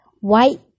white